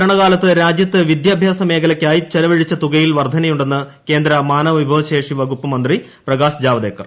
ഭരണകാലത്ത് ്രാജ്യത്ത് വിദ്യാഭ്യാസ മേഖലയ്ക്കായി ചെലവഴിച്ച തുകയിൽ വർധനയുണ്ടെന്ന് കേന്ദ്ര മാനവ വിഭവശേഷി വകുപ്പ് മന്ത്രി പ്രകാശ് ജാവദേക്കർ